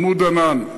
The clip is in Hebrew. "עמוד ענן",